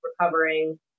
recovering